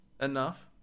enough